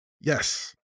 Yes